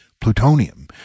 plutonium